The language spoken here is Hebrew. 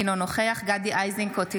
אינו נוכח גדי איזנקוט,